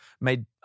made